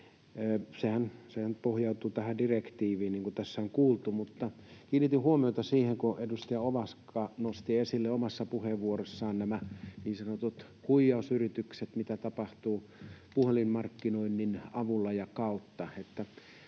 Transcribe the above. Sehän pohjautuu tähän direktiiviin, niin kuin tässä on kuultu. Mutta kiinnitin huomiota siihen, kun edustaja Ovaska nosti esille omassa puheenvuorossaan nämä niin sanotut huijausyritykset, mitä tapahtuu puhelinmarkkinoinnin avulla ja kautta,